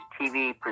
TV